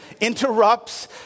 Interrupts